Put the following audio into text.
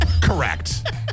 correct